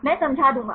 में समझा दूंगा